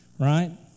Right